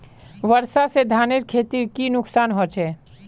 वर्षा से धानेर खेतीर की नुकसान होचे?